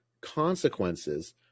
consequences